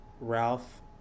Ralph